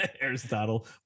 aristotle